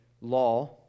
law